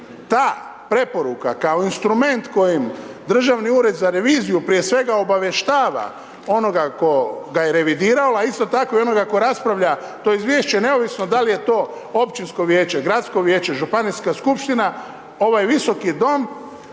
ta preporuka kao instrument kojim Državni ured za reviziju prije svega obavještava onoga koga je revidirala, isto tako i onoga ko raspravlja to izvješće neovisno da li je to općinsko vijeće, gradsko vijeće, županijska skupština, ovaj Visoki dom,